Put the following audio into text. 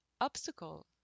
obstacle